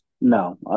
No